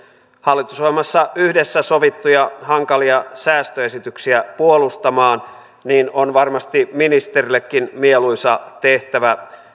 hallitusohjelmassa yhdessä sovittuja hankalia säästöesityksiä puolustamaan niin on varmasti ministerillekin mieluisa tehtävä